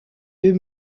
deux